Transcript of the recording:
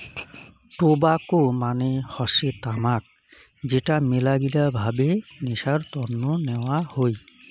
tobacco মানে হসে তামাক যেটা মেলাগিলা ভাবে নেশার তন্ন নেওয়া হই